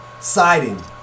siding